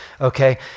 okay